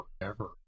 forever